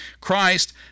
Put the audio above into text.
Christ